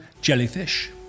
Jellyfish